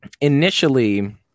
initially